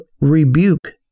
rebuke